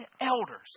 elders